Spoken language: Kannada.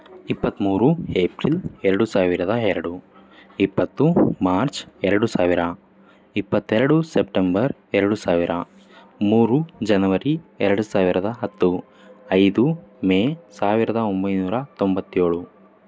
ಇಪ್ಪತ್ತ್ಮೂರು ಏಪ್ರಿಲ್ ಎರಡು ಸಾವಿರದ ಎರಡು ಇಪ್ಪತ್ತು ಮಾರ್ಚ್ ಎರಡು ಸಾವಿರ ಇಪ್ಪತ್ತೆರಡು ಸೆಪ್ಟೆಂಬರ್ ಎರಡು ಸಾವಿರ ಮೂರು ಜನವರಿ ಎರಡು ಸಾವಿರದ ಹತ್ತು ಐದು ಮೇ ಸಾವಿರದ ಒಂಬೈನೂರ ತೊಂಬತ್ತೇಳು